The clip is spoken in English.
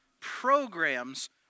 programs